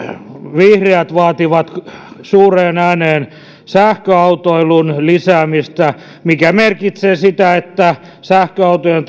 vihreät vaativat myös suureen ääneen sähköautoilun lisäämistä mikä merkitsee sitä että sähköautojen